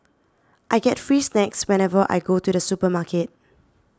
I get free snacks whenever I go to the supermarket